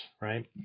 right